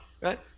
right